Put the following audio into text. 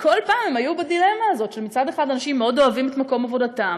וכל פעם הם היו בדילמה הזאת: מצד אחד אנשים מאוד אוהבים את מקום עבודתם,